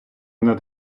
над